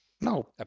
No